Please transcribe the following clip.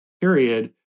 period